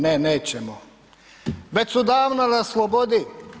Ne nećemo, već su davno na slobodi.